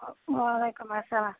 وعلیکُم اَسلام